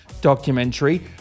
documentary